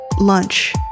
lunch